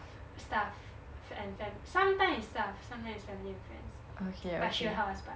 staff and fam~ sometimes it's staff sometimes it's family and friends but she will help us buy